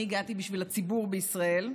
אני הגעתי בשביל הציבור בישראל.